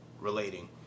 relating